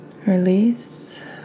Release